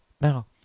Now